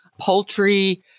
Poultry